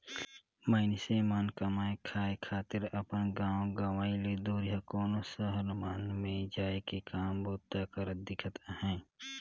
मइनसे मन कमाए खाए खातिर अपन गाँव गंवई ले दुरिहां कोनो सहर मन में जाए के काम बूता करत दिखत अहें